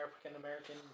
African-American